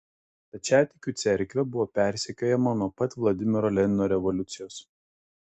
stačiatikių cerkvė buvo persekiojama nuo pat vladimiro lenino revoliucijos